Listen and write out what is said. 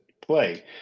play